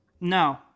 No